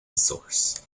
source